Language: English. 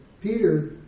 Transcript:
Peter